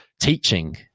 Teaching